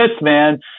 man